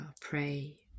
pray